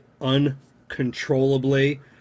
uncontrollably